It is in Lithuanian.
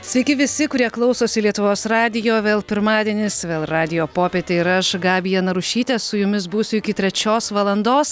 sveiki visi kurie klausosi lietuvos radijo vėl pirmadienis vėl radijo popietė ir aš gabija narušytė su jumis būsiu iki trečios valandos